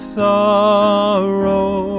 sorrow